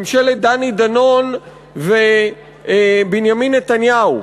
ממשלת דני דנון ובנימין נתניהו,